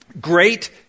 Great